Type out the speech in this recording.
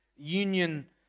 Union